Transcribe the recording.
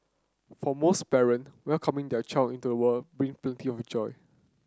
for most parent welcoming their child into the world bring plenty of joy